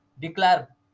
Declare